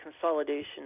consolidation